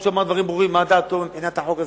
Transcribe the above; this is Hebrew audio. אף-על-פי שאמר דברים ברורים מה דעתו מבחינת החוק הזה,